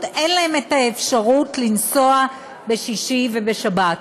אין להן האפשרות לנסוע בשישי ובשבת.